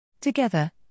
Together